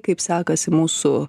kaip sekasi mūsų